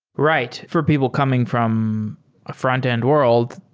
right, for people coming from ah frontend world.